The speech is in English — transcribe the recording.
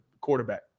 quarterback